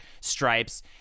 Stripes